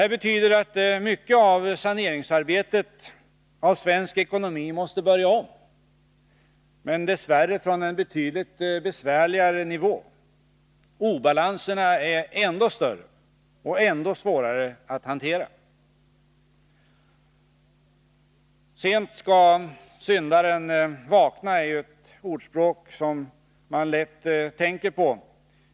Det betyder att mycket av saneringsarbetet i svensk ekonomi måste börja om, men dess värre från en betydligt besvärligare nivå. Obalansen är ännu större och ännu svårare att hantera. ”Sent skall syndaren vakna” är ju ett ordspråk som man lätt tänker på.